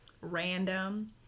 random